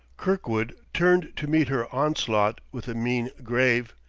kirkwood turned to meet her onslaught with a mien grave,